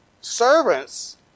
servants